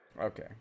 Okay